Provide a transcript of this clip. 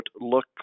look